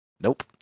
nope